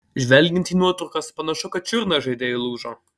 žvelgiant į nuotraukas panašu kad čiurna žaidėjui lūžo